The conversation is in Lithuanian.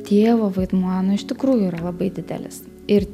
tėvo vaidmuo nu iš tikrųjų yra labai didelis ir